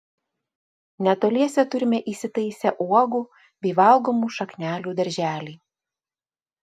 netoliese turime įsitaisę uogų bei valgomų šaknelių darželį